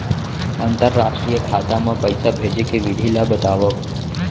अंतरराष्ट्रीय खाता मा पइसा भेजे के विधि ला बतावव?